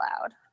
loud